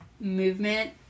movement